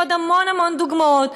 ועוד המון המון דוגמאות.